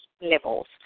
levels